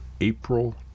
April